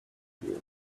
year